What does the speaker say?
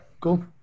cool